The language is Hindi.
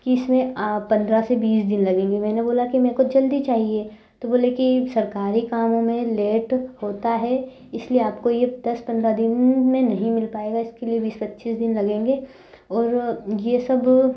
कि इसमें पंद्रह से बीस दिन लगेंगे मैंने बोला कि मुझको जल्दी चाहिए तो बोले कि सरकारी कामों में लेट होता है इसलिए आपको यह दस पंद्रह दिन में नहीं मिल जाएगा इसके लिए बीस पच्चीस दिन लगेंगे और वह यह सब